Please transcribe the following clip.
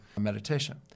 meditation